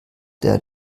der